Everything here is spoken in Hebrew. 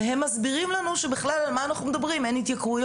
והם מסבירים לנו שבכלל אין התייקרויות.